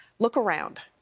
look around.